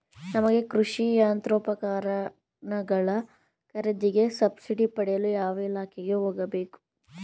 ನಮಗೆ ಕೃಷಿ ಯಂತ್ರೋಪಕರಣಗಳ ಖರೀದಿಗೆ ಸಬ್ಸಿಡಿ ಪಡೆಯಲು ಯಾವ ಇಲಾಖೆಗೆ ಹೋಗಬೇಕು?